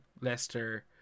Leicester